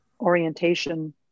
orientation